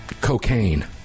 cocaine